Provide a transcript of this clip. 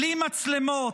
בלי מצלמות,